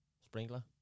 sprinkler